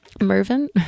mervin